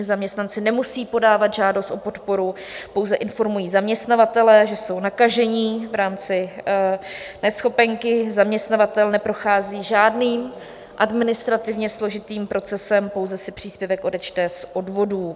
Zaměstnanci nemusejí podávat žádost o podporu, pouze informují zaměstnavatele, že jsou nakažení, v rámci neschopenky, zaměstnavatel neprochází žádným administrativně složitým procesem, pouze si příspěvek odečte z odvodů.